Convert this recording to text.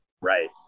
Right